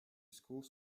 schools